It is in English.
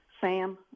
SAM